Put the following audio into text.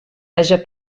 haja